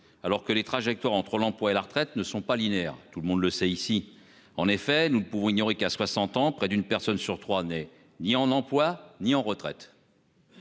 alors que les trajectoires entre l'emploi et la retraite ne sont pas linéaires tout le monde le sait ici. En effet, nous ne pouvons ignorer qu'à 60 ans près d'une personne sur 3 n'est ni en emploi, ni en retraite.